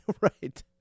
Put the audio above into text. Right